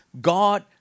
God